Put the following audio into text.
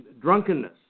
drunkenness